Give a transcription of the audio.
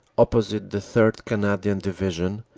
opposite the third. canadian division,